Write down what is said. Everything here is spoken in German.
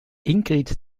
ingrid